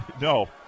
No